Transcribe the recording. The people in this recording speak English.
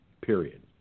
Period